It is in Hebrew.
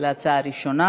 להצעה הראשונה.